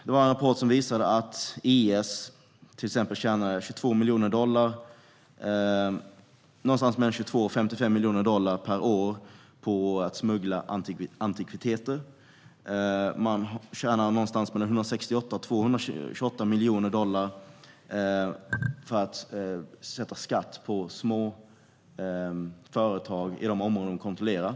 En rapport har visat att IS tjänar någonstans mellan 22 och 55 miljoner dollar per år på att smuggla antikviteter, och man tjänar någonstans mellan 168 och 228 miljoner dollar genom skatt på småföretag i de områden man kontrollerar.